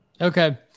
Okay